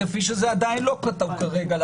ועדיין זה לא כתוב כרגע.